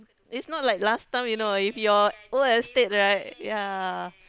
it's not like last time you know if your old estate right ya